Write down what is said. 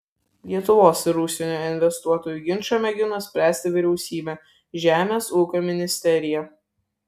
lietuvos ir užsienio investuotojų ginčą mėgino spręsti vyriausybė žemės ūkio ministerija